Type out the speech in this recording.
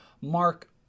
Mark